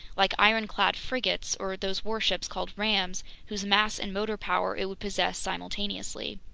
like ironclad frigates or those warships called rams, whose mass and motor power it would possess simultaneously.